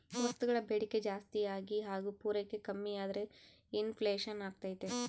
ವಸ್ತುಗಳ ಬೇಡಿಕೆ ಜಾಸ್ತಿಯಾಗಿ ಹಾಗು ಪೂರೈಕೆ ಕಮ್ಮಿಯಾದ್ರೆ ಇನ್ ಫ್ಲೇಷನ್ ಅಗ್ತೈತೆ